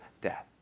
death